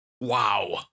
wow